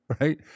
right